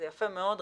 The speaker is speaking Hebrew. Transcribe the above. זה יפה מאוד,